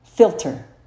Filter